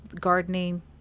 gardening